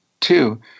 two